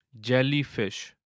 Jellyfish